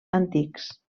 antics